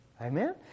Amen